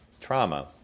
trauma